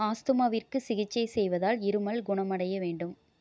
ஆஸ்துமாவிற்கு சிகிச்சை செய்வதால் இருமல் குணமடைய வேண்டும்